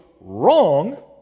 wrong